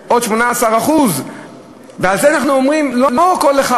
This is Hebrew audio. עוד 18%. ועל זה אנחנו אומרים: לא כל אחד,